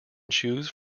choose